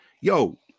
yo